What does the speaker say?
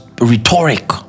rhetoric